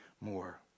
more